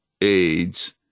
AIDS